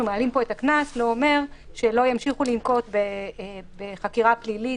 מעלים פה את הקנס לא אומר שלא ימשיכו לנקוט בחקירה פלילית